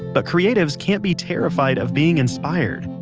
but creatives can't be terrified of being inspired.